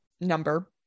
number